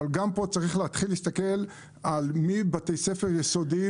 אבל גם פה צריך להתחיל להסתכל על זה מבתי ספר יסודיים,